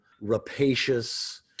rapacious